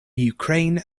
ukraine